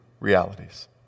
realities